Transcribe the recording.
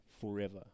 forever